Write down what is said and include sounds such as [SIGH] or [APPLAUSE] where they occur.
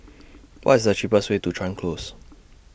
[NOISE] What's The cheapest Way to Chuan Close